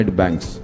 banks